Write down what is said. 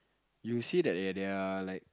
you see that at they are like